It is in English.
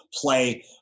play